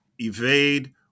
evade